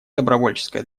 добровольческое